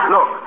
Look